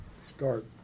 start